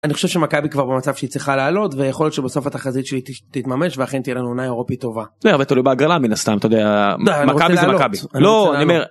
אני חושב שמכבי כבר במצב שהיא צריכה לעלות ויכול שבסוף התחזית שלי תתממש ואכן תהיה לנו עונה אירופית טובה. בסדר, תלוי בהגרלה מן הסתם אתה יודע, מכבי זה מכבי, אני רוצה לעלות. לא, אני אומר